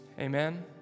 Amen